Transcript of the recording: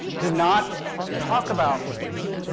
do not talk about race,